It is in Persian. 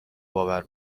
باور